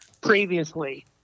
previously